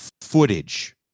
footage